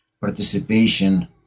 participation